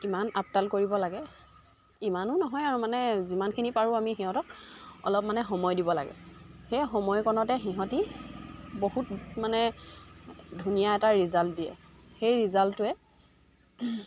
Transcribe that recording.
ইমান আপডাল কৰিব লাগে ইমানো নহয় আৰু মানে যিমানখিনি পাৰোঁ আমি সিহঁতক অলপ মানে সময় দিব লাগে সেই সময়কণতে সিহঁতে বহুত মানে ধুনীয়া এটা ৰিজাল্ট দিয়ে সেই ৰিজাল্টটোৱে